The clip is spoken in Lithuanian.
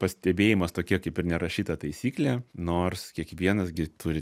pastebėjimas tokia kaip ir nerašyta taisyklė nors kiekvienas gi turi